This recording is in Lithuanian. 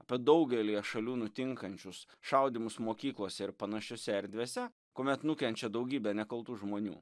apie daugelyje šalių nutinkančius šaudymus mokyklose ir panašiose erdvėse kuomet nukenčia daugybė nekaltų žmonių